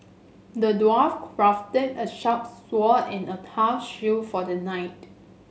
the dwarf crafted a sharp sword and a tough shield for the knight